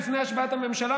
לפני השבעת הממשלה,